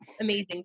amazing